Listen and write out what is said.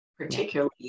Particularly